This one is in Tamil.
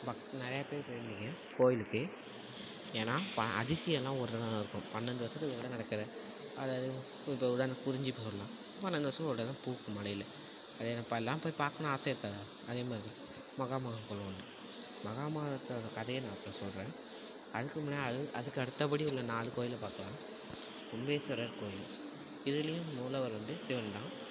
நிறையாப் பேர் போயிருப்பீங்க கோயிலுக்கு ஏன்னால் அதிசயமெல்லாம் ஒரு தடவை தான் நடக்கும் பன்னெரெண்டு வருஷத்துக்கு ஒரு தடவை நடக்கிற அதாவது இப்போ உதாரணம் குறிஞ்சிப்பூ சொல்லலாம் பன்னெரெண்டு வருடத்துக்கு ஒரு தடவை தான் பூக்கும் மலையில் அதை எனக்கு எல்லாம் போய் பார்க்கணுன்னு ஆசை இருக்காதா அதே மாதிரி தான் மகாமகம் குளோம் மகாமகத்தை கதையை நான் அப்புறம் சொல்கிறேன் அதுக்கு முன்னாடி அதுக்கு அடுத்தபடி உள்ள நாலு கோயிலை பார்க்கலாம் கும்பேஸ்வரர் கோயில் இதுலையும் மூலவர் வந்து சிவன் தான்